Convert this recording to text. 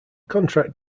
contract